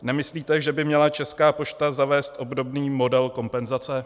Nemyslíte, že by měla Česká pošta zavést obdobný model kompenzace?